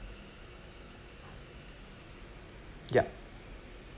yup